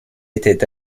était